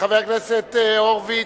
חבר הכנסת הורוביץ,